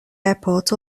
airport